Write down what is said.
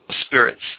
spirits